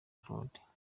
claude